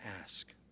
ask